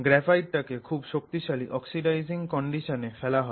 গ্রাফাইটটাকে খুব শক্তিশালী অক্সাইডাইজিং কন্ডিশনে ফেলা হয়